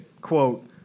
quote